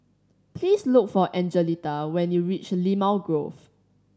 please look for Angelita when you reach Limau Grove